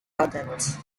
rodents